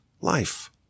life